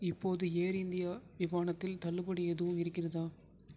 இப்போது Air India விமானத்தில் தள்ளுபடி எதுவும் இருக்கிறதா